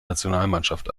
nationalmannschaft